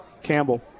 Campbell